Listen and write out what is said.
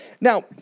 Now